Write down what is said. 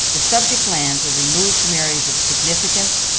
the subject lands are removed from areas of significance,